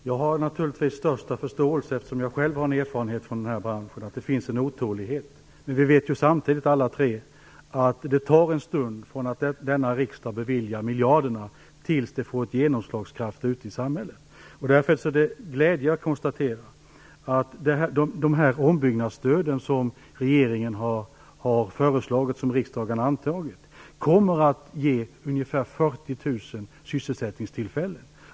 Fru talman! Jag har naturligtvis, eftersom jag själv har erfarenhet från den här branschen den största förståelse för att det finns en otålighet. Men vi vet alla tre att det tar ett tag från det att riksdagen beviljar miljarderna och fram till dess att detta får genomslag ute i samhället. Det är därför glädjande att kunna konstatera att de ombyggnadsstöd som regeringen har föreslagit och som riksdagen har antagit kommer att ge ungefär 40 000 sysselsättningstillfällen.